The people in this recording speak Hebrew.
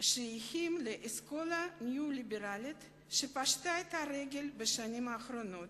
שייכים לאסכולה ניאו-ליברלית שפשטה את הרגל בשנים האחרונות.